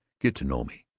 get to know me.